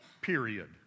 period